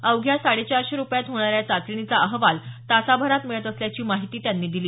अवघ्या साडे चारशे रुपयात होणाऱ्या या चाचणीचा अहवाल तासाभरात मिळत असल्याची माहिती त्यांनी दिली